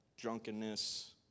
drunkenness